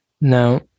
Now